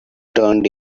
turned